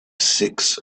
six